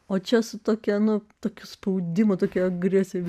o čia suplukę nuo tokių spaudimų tokie griuvėsiai